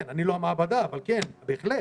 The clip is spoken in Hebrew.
אני לא המעבדה אבל כן, בהחלט.